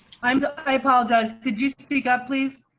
um but i paul does. could you speak up, please.